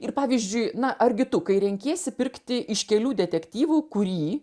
ir pavyzdžiui na argi tu kai renkiesi pirkti iš kelių detektyvų kurį